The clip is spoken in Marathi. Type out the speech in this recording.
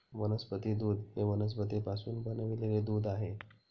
वनस्पती दूध हे वनस्पतींपासून बनविलेले दूध आहे